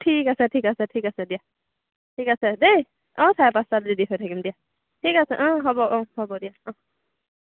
ঠিক আছে ঠিক আছে ঠিক আছে দিয়া ঠিক আছে দেই অঁ চাৰে পাঁচটাত ৰেডী হৈ থাকিম দিয়া ঠিক আছে অঁ হ'ব অঁ হ'ব দিয়া অহ